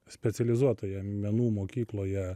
specializuotoje menų mokykloje